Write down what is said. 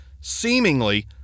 seemingly